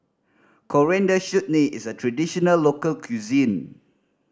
Coriander Chutney is a traditional local cuisine